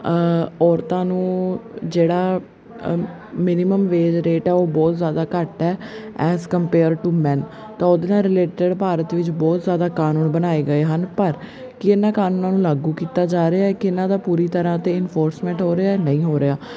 ਔਰਤਾਂ ਨੂੰ ਜਿਹੜਾ ਅ ਮਿਨੀਮਮ ਵੇਜ ਰੇਟ ਆ ਉਹ ਬਹੁਤ ਜ਼ਿਆਦਾ ਘੱਟ ਹੈ ਐਜ਼ ਕੰਪੇਅਰ ਟੂ ਮੈਨ ਤਾਂ ਉਹਦੇ ਨਾਲ ਰਿਲੇਟਡ ਭਾਰਤ ਵਿੱਚ ਬਹੁਤ ਜ਼ਿਆਦਾ ਕਾਨੂੰਨ ਬਣਾਏ ਗਏ ਹਨ ਪਰ ਕੀ ਇਹਨਾਂ ਕਾਨੂੰਨਾਂ ਨੂੰ ਲਾਗੂ ਕੀਤਾ ਜਾ ਰਿਹਾ ਕਿ ਇਹਨਾਂ ਦਾ ਪੂਰੀ ਤਰ੍ਹਾਂ ਅਤੇ ਇਨਫੋਰਸਮੈਂਟ ਹੋ ਰਿਹਾ ਨਹੀਂ ਹੋ ਰਿਹਾ